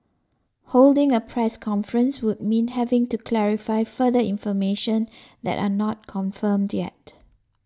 holding a press conference would mean having to clarify further information that are not confirmed yet